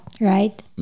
right